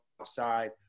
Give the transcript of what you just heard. outside